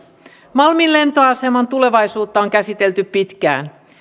malmin lentoaseman tulevaisuutta on käsitelty pitkään